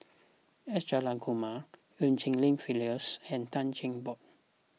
S Jayakumar Eu Cheng Li Phyllis and Tan Cheng Bock